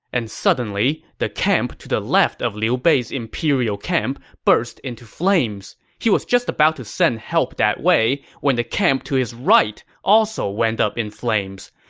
and suddenly, the camp to the left of liu bei's imperial camp burst into flames. he was just about to send help that way when the camp to his right also went up in flames.